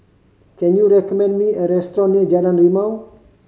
can you recommend me a restaurant near Jalan Rimau